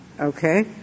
Okay